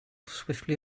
swiftly